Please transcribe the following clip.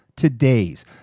today's